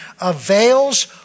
avails